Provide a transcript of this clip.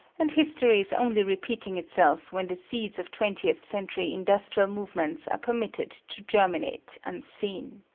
and history is only repeating itself when the seeds of twentieth century industrial movements are permitted to germinate unseen.